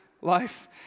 life